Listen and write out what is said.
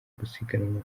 gusiganwa